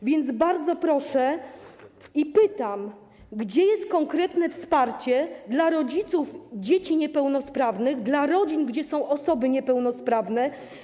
A więc bardzo proszę i pytam: Gdzie jest konkretne wsparcie dla rodziców dzieci niepełnosprawnych, dla rodzin, w których są osoby niepełnosprawne?